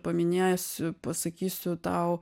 paminėsiu pasakysiu tau